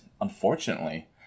unfortunately